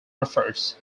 refers